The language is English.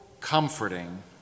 comforting